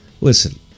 listen